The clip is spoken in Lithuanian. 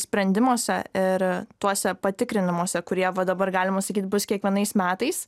sprendimuose ir tuose patikrinimuose kurie va dabar galima sakyt bus kiekvienais metais